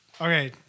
okay